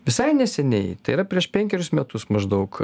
visai neseniai tai yra prieš penkerius metus maždaug